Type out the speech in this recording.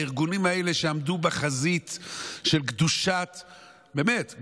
הארגונים האלה עמדו באמת בחזית של קדושת המת,